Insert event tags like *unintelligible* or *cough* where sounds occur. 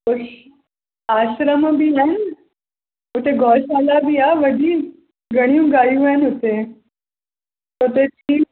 आश्रम बि आहिनि उते गौशाला बि आहे वॾी घणियूं यूं आहिनि हुते *unintelligible*